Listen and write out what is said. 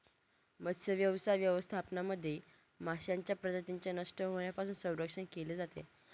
मत्स्यव्यवसाय व्यवस्थापनामध्ये माशांच्या प्रजातींचे नष्ट होण्यापासून संरक्षण केले जाते